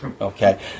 Okay